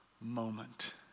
moment